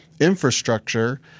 infrastructure